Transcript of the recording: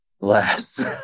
less